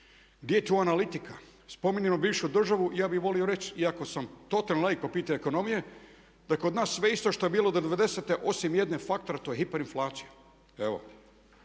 Gdje je tu analitika? Spominjemo bivšu državu, ja bih volio reći iako sam totalni laik po pitanju ekonomije da je kod nas sve isto što je bilo i '90. osim jednog faktora, a to je hiper inflacija.